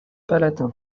palatin